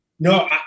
No